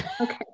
Okay